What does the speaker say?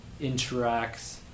interacts